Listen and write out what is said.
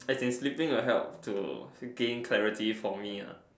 as in sleeping will help to freaking clarities for me ah